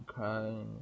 okay